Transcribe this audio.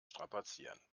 strapazieren